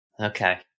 Okay